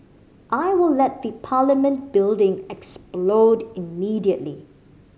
I will let the Parliament building explode immediately